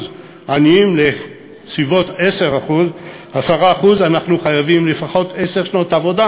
עניים לסביבות 10% אנחנו חייבים לפחות עשר שנות עבודה,